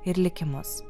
ir likimus